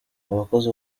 abakozi